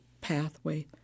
pathway